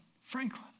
Franklin